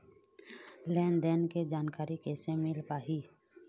लेन देन के जानकारी कैसे मिल पाही?